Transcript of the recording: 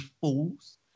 Fools